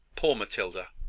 poor matilda!